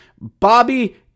Bobby